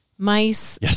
Mice